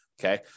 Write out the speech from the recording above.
Okay